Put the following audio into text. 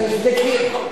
אז תבדקי.